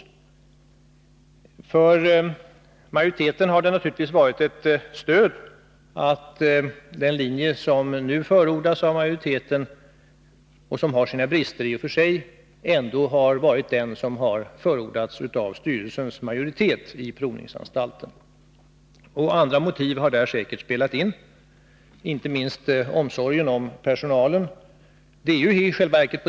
För majoriteten har det naturligtvis varit ett stöd att den linje som nu förordas av majoriteten, och som i och för sig har sina brister, är den som har förordats av styrelsens majoritet vid provningsanstalten. Andra motiv har där säkert spelat in, inte minst omsorgen om personalen.